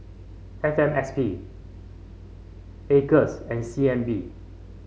F M S P Acres and C N B